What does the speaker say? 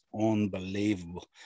unbelievable